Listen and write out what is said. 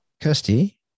Kirsty